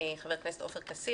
חברים חבר הכנסת עופר כסיף,